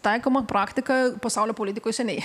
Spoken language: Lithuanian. taikoma praktika pasaulio politikų seniai